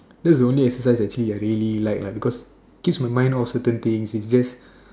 is the only exercise that I really like lah because keeps my mind of certain things is just